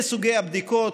זכותך,